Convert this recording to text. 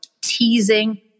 teasing